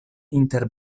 inter